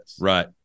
Right